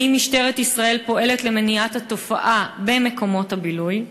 2. האם משטרת ישראל פועלת למניעת התופעה במקומות הבילוי?